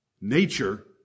nature